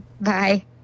Bye